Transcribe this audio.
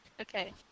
okay